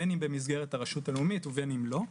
בין אם במסגרת הרשות הלאומית ובין אם לא.